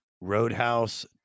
Roadhouse